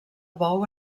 bou